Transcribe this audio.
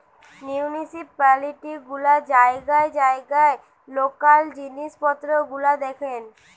municipality গুলা জায়গায় জায়গায় লোকাল জিনিস পত্র গুলা দেখেন